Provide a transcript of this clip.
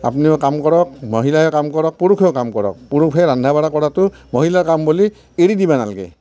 আপুনিও কাম কৰক মহিলায়ো কাম কৰক পুৰুষেও কাম কৰক পুৰুষে ৰন্ধা বঢ়া কৰাটো মহিলাৰ কাম বুলি এৰি দিব নালাগে